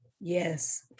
Yes